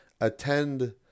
attend